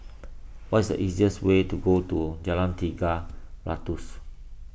what is the easiest way to Jalan Tiga Ratus